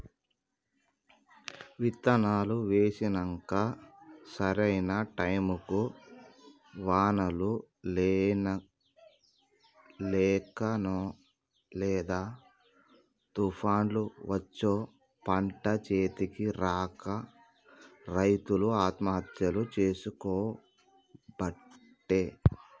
విత్తనాలు వేశినంక సరైన టైముకు వానలు లేకనో లేదా తుపాన్లు వచ్చో పంట చేతికి రాక రైతులు ఆత్మహత్యలు చేసికోబట్టే